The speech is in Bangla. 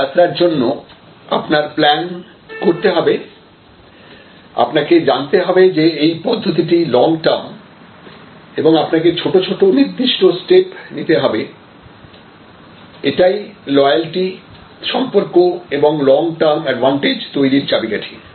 এই যাত্রার জন্য আপনার প্ল্যান করতে হবে আপনাকে জানতে হবে যে এই পদ্ধতিটি লং টার্ম এবং আপনাকে ছোট ছোট নির্দিষ্ট স্টেপ নিতে হবে এটাই লয়ালটি সম্পর্ক এবং লং টার্ম অ্যাডভান্টেজ তৈরীর চাবিকাঠি